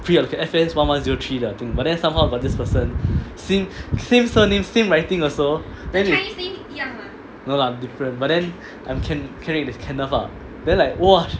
F_N's one one zero three 的 I think but then somehow got this person same same surname same writing also no lah different but then ken~ is kenneth ah then like !wah!